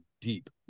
deep